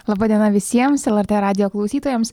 laba diena visiems lrt radijo klausytojams